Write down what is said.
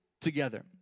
together